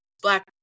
black